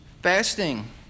Fasting